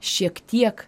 šiek tiek